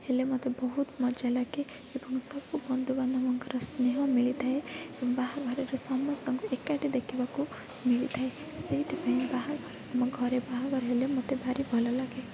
ହେଲେ ମୋତେ ବହୁତ ମଜା ଲାଗେ ଏବଂ ସବୁ ବନ୍ଧୁ ବାନ୍ଧବଙ୍କର ସ୍ନେହ ମିଳିଥାଏ ବାହାଘରରେ ସମସ୍ତଙ୍କୁ ଏକାଠି ଦେଖିବାକୁ ମିଳିଥାଏ ସେଇଥିପାଇଁ ବାହାଘର ଆମ ଘରେ ବାହାଘର ହେଲେ ମୋତେ ଭାରି ଭଲ ଲାଗେ